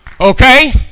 okay